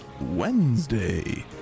Wednesday